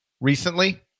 recently